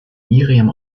miriam